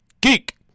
Geek